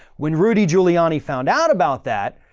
when rudy giuliani found out about that,